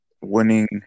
winning